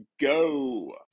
go